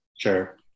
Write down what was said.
Sure